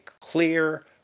clear